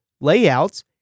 layouts